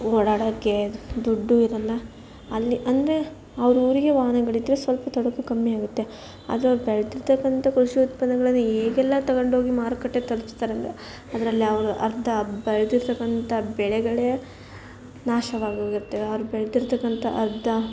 ಓಡಾಡೋಕ್ಕೆ ದುಡ್ಡೂ ಇರೋಲ್ಲ ಅಲ್ಲಿ ಅಂದರೆ ಅವ್ರ ಊರಿಗೆ ವಾಹನಗಳಿದ್ದರೆ ಸ್ವಲ್ಪ ತೊಡಕು ಕಮ್ಮಿ ಆಗುತ್ತೆ ಆದರೆ ಅವ್ರು ಬೆಳ್ದಿರ್ತಕ್ಕಂಥ ಕೃಷಿ ಉತ್ಪನ್ನಗಳನ್ನು ಹೇಗೆಲ್ಲ ತಗೊಂಡೋಗಿ ಮಾರುಕಟ್ಟೆಗೆ ತಲುಪ್ಸ್ತಾರಂದ್ರೆ ಅದರಲ್ಲಿ ಅವರು ಅರ್ಧ ಬೆಳ್ದಿರತಕ್ಕಂಥ ಬೆಳೆಗಳೇ ನಾಶವಾಗಿ ಹೋಗಿರ್ತವೆ ಅವ್ರು ಬೆಳ್ದಿರತಕ್ಕಂಥ ಅರ್ಧ